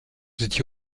étiez